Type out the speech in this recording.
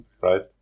right